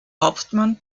hauptmann